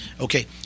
Okay